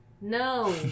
No